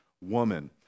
woman